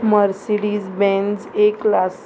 Mercedes Benz a class